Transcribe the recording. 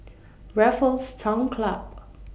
Raffles Town Club